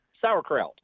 sauerkraut